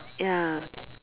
ya